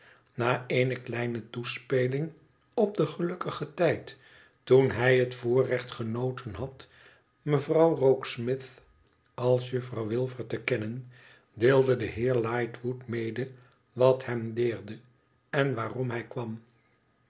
na eene kleine toespeling op den gelukkigen tijd toen hij het voor recht genoten had mevrouw rokesmith als juffrouw wilfer te kennen deelde de heer lightwood mede wat hem deerde en waarom hij kwam